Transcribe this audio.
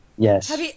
Yes